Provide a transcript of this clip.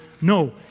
No